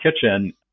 kitchen